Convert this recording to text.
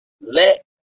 Let